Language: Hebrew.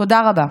תודה רבה.